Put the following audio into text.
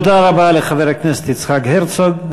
תודה רבה לחבר הכנסת יצחק הרצוג.